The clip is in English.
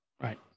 Right